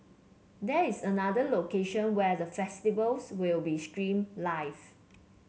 there is another location where the festivities will be streamed live